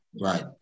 Right